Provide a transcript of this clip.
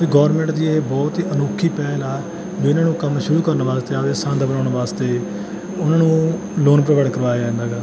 ਅਤੇ ਗੌਰਮੈਂਟ ਦੀ ਇਹ ਬਹੁਤ ਹੀ ਅਨੌਖੀ ਪਹਿਲਾ ਆ ਵੀ ਉਹਨਾਂ ਨੂੰ ਕੰਮ ਸ਼ੁਰੂ ਕਰਨ ਵਾਸਤੇ ਆਪਦੇ ਸੰਦ ਬਣਾਉਣ ਵਾਸਤੇ ਉਹਨਾਂ ਨੂੰ ਲੋਨ ਪ੍ਰੋਵਾਈਡ ਕਰਵਾਇਆ ਜਾਂਦਾ ਗਾ